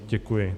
Děkuji.